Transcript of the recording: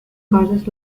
causes